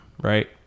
Right